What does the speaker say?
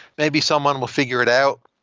maybe someone will figure it out,